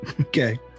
okay